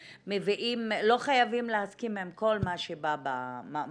לא חייבים להסכים עם כל מה שבמאמרים,